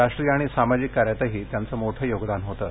राष्ट्रीय आणि सामाजिक कार्यातही त्याचं मोठं योगदान होतं